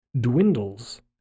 dwindles